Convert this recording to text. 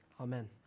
Amen